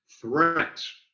threats